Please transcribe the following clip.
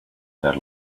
their